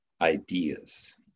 ideas